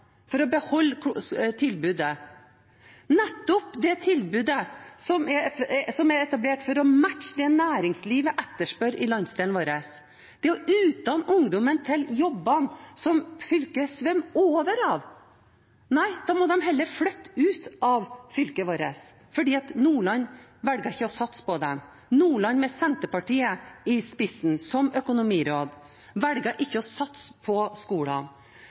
for å beholde nettopp det tilbudet som er etablert for å matche det næringslivet etterspør i landsdelen vår, og utdanne ungdommene til jobbene som fylket svømmer over av. Nei, da må de heller flytte ut av fylket vårt, for Nordland velger ikke å satse på dem. Nordland med Senterpartiet i spissen som økonomiråd velger ikke å satse på